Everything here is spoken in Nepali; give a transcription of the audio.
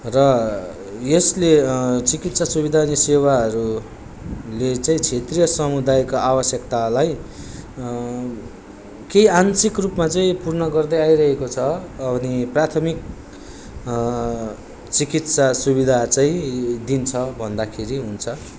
र यसले चिकित्सा सुविधा अनि सेवाहरूले चाहिँ क्षेत्रीय समुदायका आवश्यकतालाई केही आंशिक रूपमा चाहिँ पूर्ण गर्दै आइरहेको छ अनि प्राथमिक चिकित्सा सुविधा चाहिँ दिन्छ भन्दाखेरि हुन्छ